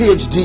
PhD